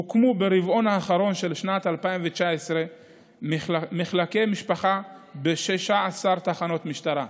הוקמו ברבעון האחרון של שנת 2019 מחלקי משפחה ב-16 תחנות משטרה.